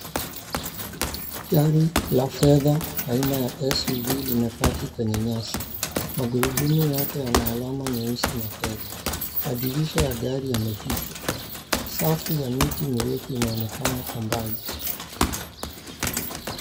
Gari la fedha haina ya SUV limepaki kwenye nyasi magurudumu yana alama nyeusi na fedha dirisha ya gari yamefichwa safu ya miti mirefu Inaonekana Kwa mbali.